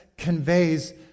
conveys